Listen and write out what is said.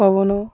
ପବନ